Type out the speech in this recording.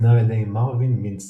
ניתנה על ידי מרווין מינסקי